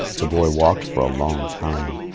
the boy walked for a long time.